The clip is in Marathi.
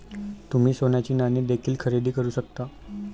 तुम्ही सोन्याची नाणी देखील खरेदी करू शकता